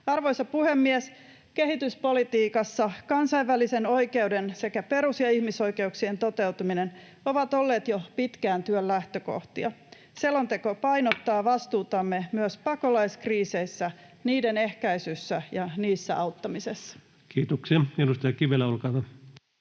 Arvoisa puhemies! Kehityspolitiikassa kansainvälisen oikeuden sekä perus‑ ja ihmisoikeuksien toteutuminen on ollut jo pitkään työn lähtökohtia. Selonteko painottaa vastuutamme myös pakolaiskriiseissä, niiden ehkäisyssä ja niissä auttamisessa. [Speech 13] Speaker: